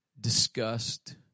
disgust